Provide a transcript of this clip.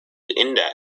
index